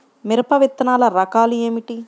మిరప విత్తనాల రకాలు ఏమిటి?